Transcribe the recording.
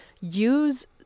use